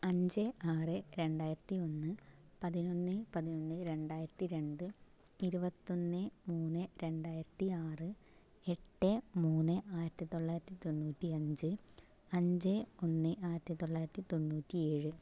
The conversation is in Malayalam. അഞ്ച് ആറ് രണ്ടായിത്തി ഒന്ന് പതിനൊന്ന് പതിനൊന്ന് രണ്ടായിരത്തി രണ്ട് ഇരുപത്തിയൊന്ന് മൂന്ന് രണ്ടായിരത്തിയാറ് എട്ട് മൂന്ന് ആയിരത്തി തൊള്ളായിരത്തി തൊണ്ണൂറ്റിയഞ്ച് അഞ്ച് ഒന്ന് ആയിരത്തി തൊള്ളായിരത്തി തൊണ്ണൂറ്റിയേഴ്